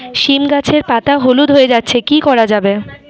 সীম গাছের পাতা হলুদ হয়ে যাচ্ছে কি করা যাবে?